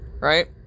Right